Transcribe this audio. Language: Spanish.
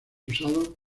usado